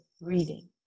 reading